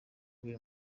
biri